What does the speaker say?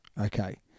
okay